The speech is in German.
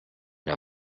der